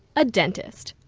a dentist.